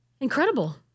Incredible